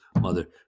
mother